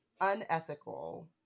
unethical